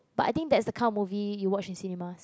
but I think that's the kind of movie you watch in cinemas